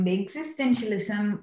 existentialism